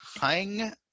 Hang